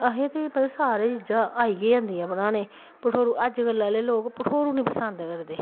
असें गी सारी चीजां आई गै जंदियां बनाने गी भठोरू अज्जै कल्लै आह्ले लोग भठोरू निं पसंद करदे